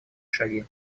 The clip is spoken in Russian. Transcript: шаги